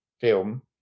film